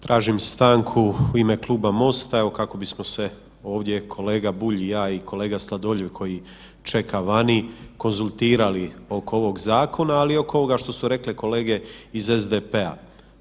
Tražim stanku u ime kluba MOST-a kako bismo se kolega Bulj i ja i kolega Sladoljev koji čeka vani konzultirali oko ovog zakona, ali i oko ovoga što su rekle kolege iz SDP-a.